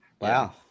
Wow